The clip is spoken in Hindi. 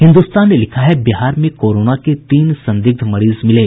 हिन्दुस्तान ने लिखा है बिहार में कोरोना के तीन संदिग्ध मरीज मिले